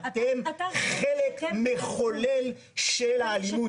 אתם חלק מחולל של האלימות.